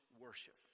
worship